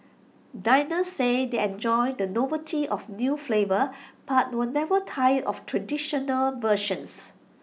diners say they enjoy the novelty of new flavours but will never tire of traditional versions